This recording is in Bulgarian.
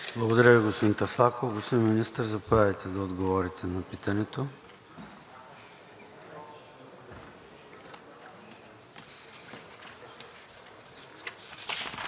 Благодаря Ви, господин Таслаков. Господин Министър, заповядайте да отговорите на питането.